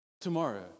tomorrow